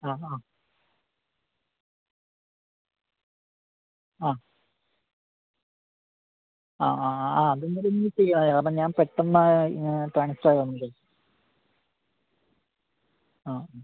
ആഹാ ആ ആ ആ അത് എന്തായാലും ഇന്ന് ചെയ്യാം കാരണം ഞാന് പെട്ടെന്ന് ട്രാന്സ്ഫര് ആവുകയാരുന്നു ആ ആ